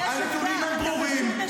הנתונים הם ברורים -- יש עובדה.